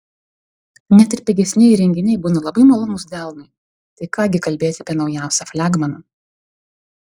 net ir pigesnieji įrenginiai būna labai malonūs delnui tai ką gi kalbėti apie naujausią flagmaną